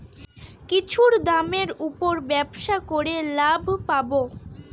কিছুর দামের উপর ব্যবসা করে লাভ পাবো